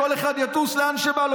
כל אחד יטוס לאן שבא לו,